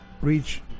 reach